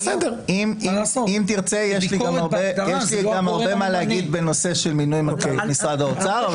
אם תרצה יש לי גם הרבה מה להגיד בנושא של מנכ"ל למשרד האוצר.